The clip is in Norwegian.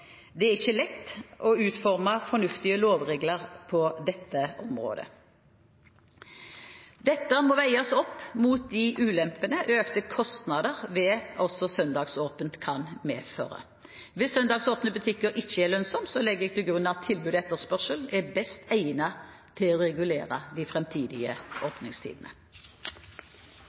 Det er ikke lett å utforme fornuftige lovregler på dette området. Dette må veies opp mot de ulempene økte kostnader ved søndagsåpent kan medføre. Hvis søndagsåpne butikker ikke er lønnsomt, legger jeg til grunn at tilbud og etterspørsel er best egnet til å regulere de framtidige åpningstidene.